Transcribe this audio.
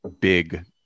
big